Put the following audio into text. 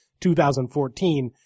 2014